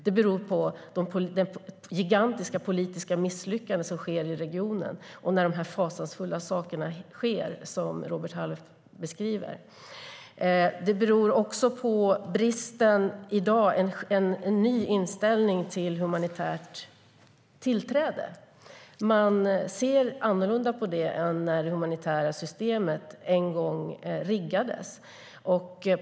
Det beror på det gigantiska politiska misslyckande som sker i regionen och de fasansfulla saker som Robert Halef beskriver. Det beror också på bristen när det gäller humanitärt tillträde och en ny inställning som finns till detta. Man ser annorlunda på det nu än när det humanitära systemet en gång riggades.